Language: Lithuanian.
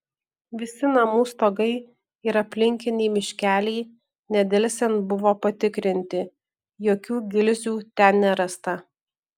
visi namų stogai ir aplinkiniai miškeliai nedelsiant buvo patikrinti jokių gilzių ten nerasta